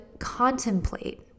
contemplate